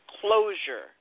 closure